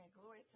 Glory